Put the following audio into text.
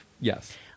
Yes